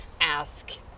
ask